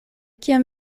kiam